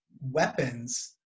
weapons